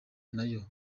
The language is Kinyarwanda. nayo